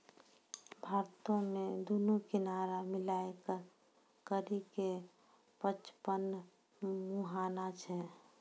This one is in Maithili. भारतो मे दुनू किनारा मिलाय करि के पचपन मुहाना छै